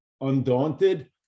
undaunted